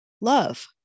Love